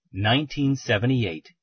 1978